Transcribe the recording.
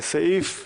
סעיף 11(ב)